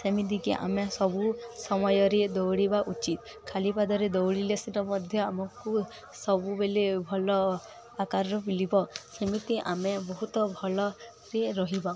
ସେମିତିକି ଆମେ ସବୁ ସମୟରେ ଦୌଡ଼ିବା ଉଚିତ ଖାଲି ପାଦରେ ଦୌଡ଼ିଲେ ସେଟା ମଧ୍ୟ ଆମକୁ ସବୁବେଳେ ଭଲ ଆକାରର ମିିଳିବ ସେମିତି ଆମେ ବହୁତ ଭଲରେ ରହିବ